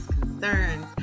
concerns